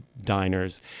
diners